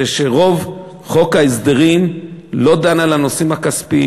זה שרוב חוק ההסדרים לא דן על הנושאים הכספיים.